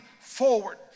forward